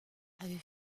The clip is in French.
avait